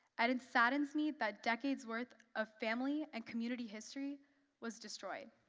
and it saddens me that decades worth of family and community history was destroyed.